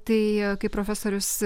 tai kaip profesorius